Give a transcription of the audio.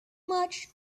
much